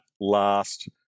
last